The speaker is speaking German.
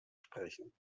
sprechen